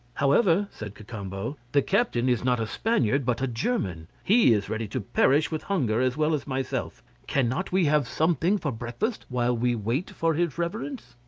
however, said cacambo, the captain is not a spaniard, but a german, he is ready to perish with hunger as well as myself cannot we have something for breakfast, while we wait for his reverence?